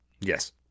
Yes